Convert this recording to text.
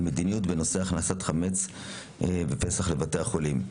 מדיניות בנושא הכנסת חמץ בפסח לבתי החולים.